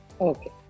Okay